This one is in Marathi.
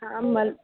हां मल